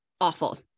awful